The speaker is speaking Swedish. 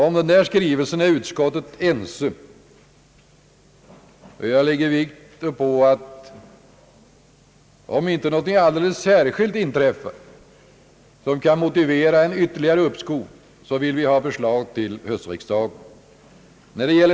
Om den skrivelsen är utskottet ense. Jag lägger vikt uppå att om det inte inträffar något alldeles särskilt som kan motivera ett ytterligare uppskov, vill vi ha förslag till höstriksdagen.